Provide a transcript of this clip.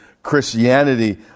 Christianity